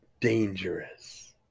dangerous